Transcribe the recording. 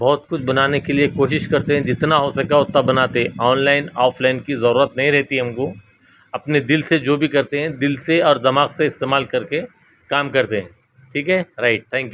بہت کچھ بنانے کے لیے کوشش کرتے ہیں جتنا ہوسکتا اتنا بناتے آن لائن آف لائن کی ضرورت نہیں رہتی ہم کو اپنے دل سے جو بھی کرتے ہیں دل سے اور دماغ سے استعمال کرکے کام کرتے ہیں ٹھیک ہے رائٹ تھینک یو